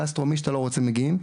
קסטרו ועוד מגיעים,